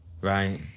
right